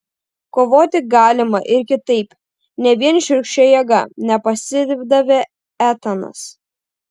kovoti galima ir kitaip ne vien šiurkščia jėga nepasidavė etanas